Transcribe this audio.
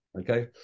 Okay